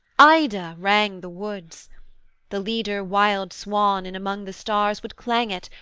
ida, rang the woods the leader wildswan in among the stars would clang it,